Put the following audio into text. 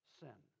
sin